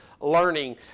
learning